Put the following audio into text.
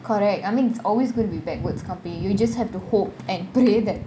correct I mean it's always going to be backwards company you just have to hope and pray that